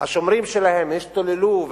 השומרים שלהם השתוללו,